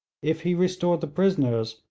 if he restored the prisoners,